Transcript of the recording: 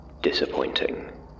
Disappointing